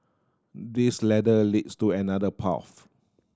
this ladder leads to another path